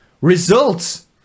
RESULTS